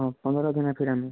ହଁ ପନ୍ଦର ଦିନେ ଫେରାମି